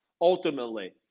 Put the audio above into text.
ultimately